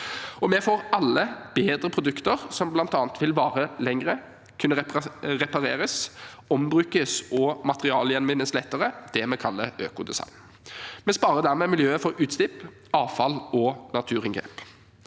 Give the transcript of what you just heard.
Vi får alle bedre produkter, som bl.a. vil vare lenger, kunne repareres, gjenbrukes og materialgjenvinnes lettere – det vi kaller økodesign. Vi sparer dermed miljøet for utslipp, avfall og naturinngrep.